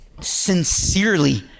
sincerely